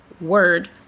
word